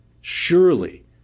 Surely